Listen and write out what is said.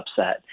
upset